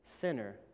sinner